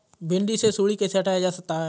भिंडी से सुंडी कैसे हटाया जा सकता है?